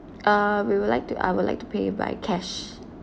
uh we would like to I would like to pay by cash